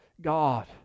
God